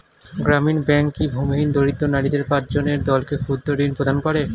গ্রামীণ ব্যাংক কি ভূমিহীন দরিদ্র নারীদের পাঁচজনের দলকে ক্ষুদ্রঋণ প্রদান করে?